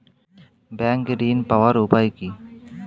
Bank ঋণ পাওয়ার উপায় কি?